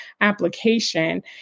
application